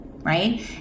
Right